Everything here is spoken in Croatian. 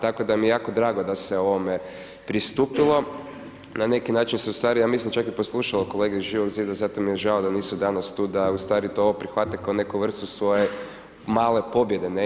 Tako da mi je jako drago da se ovome pristupilo, na neki način se ustvari ja mislim čak i poslušalo kolege iz Živog zida, zato mi je žao da nisu danas tu da ustavi ovo prihvate kao neku vrstu svoje male pobjede.